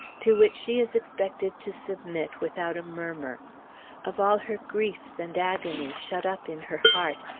to which she is expected to submit without a murmur of all her griefs and agony shut up in her heart,